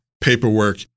paperwork